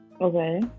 Okay